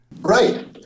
right